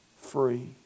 free